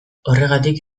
horregatik